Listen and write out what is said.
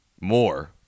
more